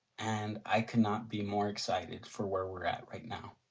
and i could not be more excited for where we're at right now.